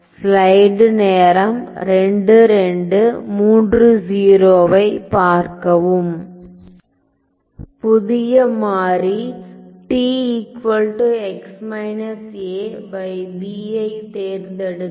புதிய மாறி ஐத் தேர்ந்தெடுக்கவும்